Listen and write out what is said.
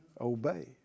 obey